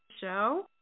show